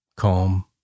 calm